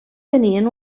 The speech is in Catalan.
tenien